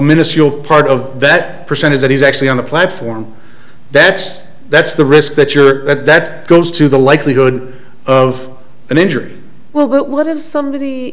minuscule part of that percentage that he's actually on the platform that's that's the risk that you're at that goes to the likelihood of an injury well but what if somebody